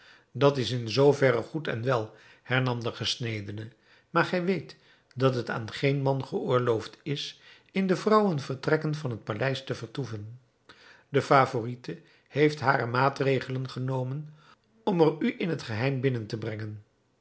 dat is in zoo verre goed en wel hernam de gesnedene maar gij weet dat het aan geen man geoorloofd is in de vrouwenvertrekken van het paleis te vertoeven de favorite heeft hare maatregelen genomen om er u in het geheim binnen te brengen